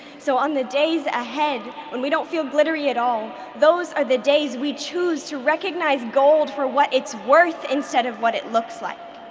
so on the days ahead when we don't feel glittery at all those are the days we choose to recognize gold for what it's worth instead of what it looks like.